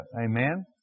Amen